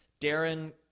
Darren